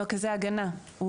מרכזי הגנה זה